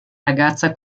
ragazza